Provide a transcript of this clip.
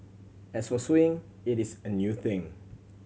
as for suing it is a new thing